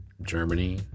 Germany